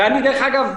דרך אגב,